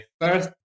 first